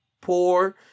Poor